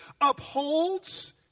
upholds